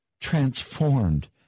transformed